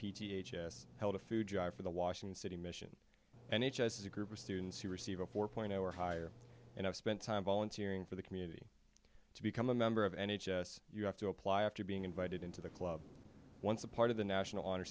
p t h s held a food drive for the washington city mission and h s is a group of students who receive a four point zero or higher and i've spent time volunteering for the community to become a member of n h s you have to apply after being invited into the club once a part of the national honor